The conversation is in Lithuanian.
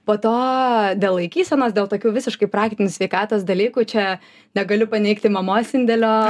po to dėl laikysenos dėl tokių visiškai praktinių sveikatos dalykų čia negaliu paneigti mamos indėlio